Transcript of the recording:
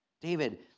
David